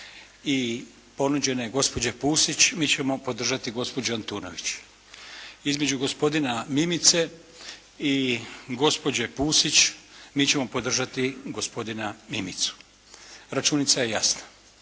i ponuđene gospođe Pusić mi ćemo podržati gospođu Antunović, između gospodina Mimice i gospođe Pusić mi ćemo podržati gospodina Mimicu. Računica je jasna.